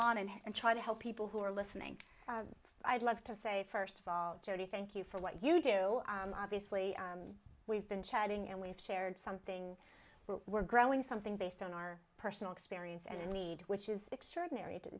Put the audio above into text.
on and try to help people who are listening i'd like to say first of all jody thank you for what you do obviously we've been chatting and we've shared something we're growing something based on our personal experience and a need which is extraordinary